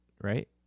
right